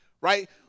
right